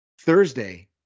Thursday